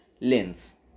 lens